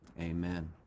Amen